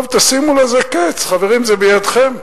טוב, תשימו לזה קץ, חברים, זה בידיכם.